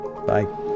Bye